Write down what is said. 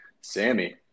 Sammy